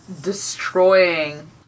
destroying